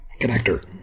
connector